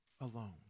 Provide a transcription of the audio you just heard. alone